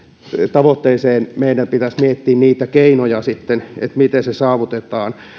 tavoitteeseen meidän pitäisi miettiä keinoja miten se saavutetaan